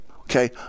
okay